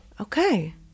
Okay